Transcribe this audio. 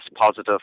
positive